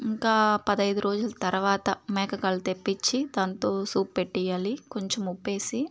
ఇంకా పదైదు రోజుల తరువాత మేక కాళ్ళు తెప్పిచ్చి దాంతో సూప్ పెట్టియ్యాలి కొంచెం ఉప్పేసి